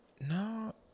no